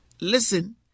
listen